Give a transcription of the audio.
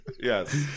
yes